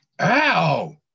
ow